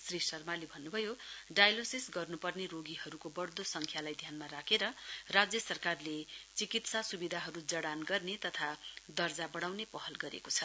श्री शर्माले भन्न्भयो डाइलोसिसका गर्न्पर्ने रोगीहरूको बढ्दो सङ्ख्यालाई ध्यानमा राखेर राज्य सरकारले चिकित्सा सुविधाहरू जडान गर्ने तथा दर्जा बढाउने पहल गरेको छ